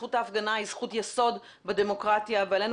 זכות ההפגנה היא זכות יסוד בדמוקרטיה ועלינו